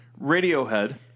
Radiohead